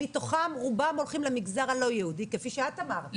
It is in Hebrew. מתוכם רובם הולכים למגזר הלא יהודי כפי שאת אמרת.